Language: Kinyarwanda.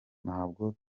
ntabwo